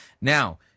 Now